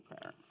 prayer